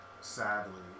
sadly